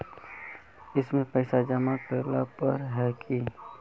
इसमें पैसा जमा करेला पर है की?